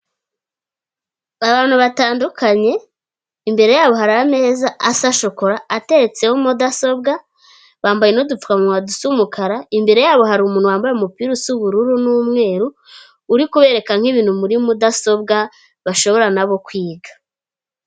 Abantu batandukanye imbere yabo hari ameza asa shokora atetseho mudasobwa, bambaye n'udupfukamunwa dusa umukara, imbere yabo hari umuntu wambaye umupira usa ubururu n'umweru uri kubereka nk'ibintu muri mudasobwa bashobora nabo kwiga.